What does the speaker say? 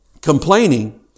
Complaining